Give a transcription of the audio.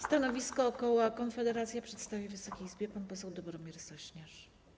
Stanowisko koła Konfederacja przedstawi Wysokiej Izbie pan poseł Dobromir Sośnierz.